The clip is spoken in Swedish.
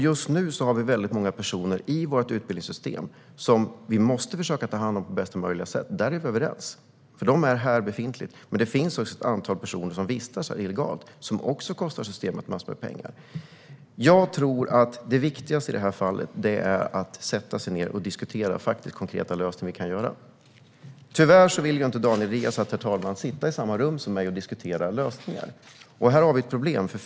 Just nu har vi många personer i vårt utbildningssystem som vi måste försöka ta hand om på bästa möjliga sätt. Vi är överens när det gäller det, för de är här nu. Men det finns ett antal personer som vistas här illegalt som också kostar systemet en massa pengar. Jag tror att det viktigaste i det här fallet är att sätta sig ned och diskutera konkreta lösningar. Tyvärr vill inte Daniel Riazat, herr talman, sitta i samma rum som jag och diskutera lösningar. Här har vi ett problem.